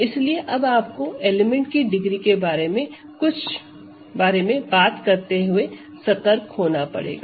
इसलिए अब आपको एलिमेंट की डिग्री के बारे में बात करते हुए सतर्क होना पड़ेगा